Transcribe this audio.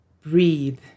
Breathe